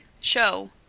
Show